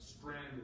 stranded